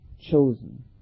chosen